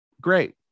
great